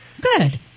Good